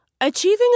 Achieving